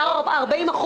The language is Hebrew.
יותר מ-40%.